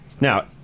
Now